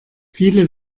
viele